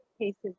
cases